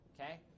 okay